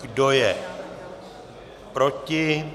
Kdo je proti?